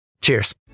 Cheers